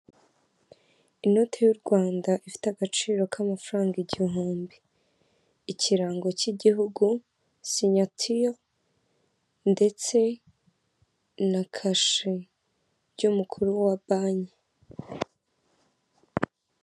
Inote y'u Rwanda ifite agaciro k'amafaranga igihumbi. Ikirango cy'igihugu, sinyatire, ndetse na kashe. By'umukuru wa banki.